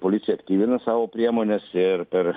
policija tikrina savo priemones ir per